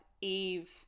Eve